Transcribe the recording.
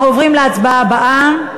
אנחנו עוברים להצבעה הבאה,